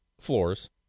floors